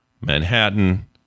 Manhattan